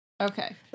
Okay